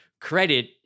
credit